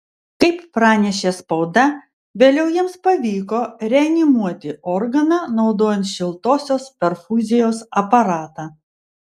kaip pranešė spauda vėliau jiems pavyko reanimuoti organą naudojant šiltosios perfuzijos aparatą